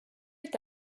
est